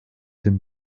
dem